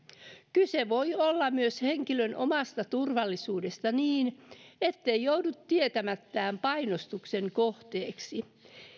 kyse voi olla myös henkilön omasta turvallisuudesta niin ettei joudu tietämättään painostuksen kohteeksi